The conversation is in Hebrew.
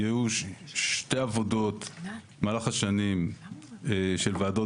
היו שתי עבודות במהלך השנים של ועדות